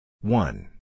One